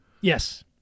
Yes